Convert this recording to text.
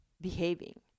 behaving